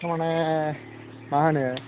तारमाने मा होनो